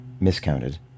miscounted